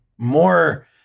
more